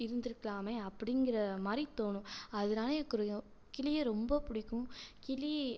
இருந்திருக்கலாமே அப்படிங்கற மாதிரி தோணும் அதனால எனக்கு கிளியை ரொம்பப் பிடிக்கும் கிளி